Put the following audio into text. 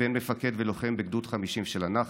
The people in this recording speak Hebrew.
בן מפקד ולוחם בגדוד 50 של הנח"ל.